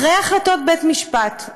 אחרי החלטות בית-משפט,